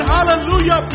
Hallelujah